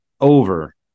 over